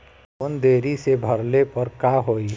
Loan देरी से भरले पर का होई?